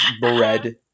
bread